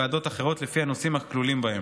לוועדות אחרות לפי הנושאים הכלולים בהם.